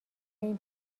این